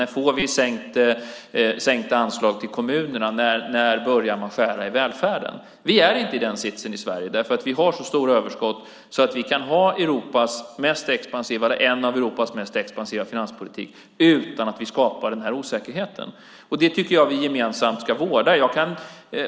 När får kommunerna sänkta anslag? När börjar man skära i välfärden? Vi är inte i den sitsen i Sverige. Vi har nämligen så stora överskott att vi kan ha en finanspolitik som är en av Europas mest expansiva utan att skapa den här osäkerheten. Detta tycker jag att vi gemensamt ska vårda.